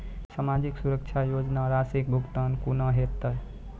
समाजिक सुरक्षा योजना राशिक भुगतान कूना हेतै?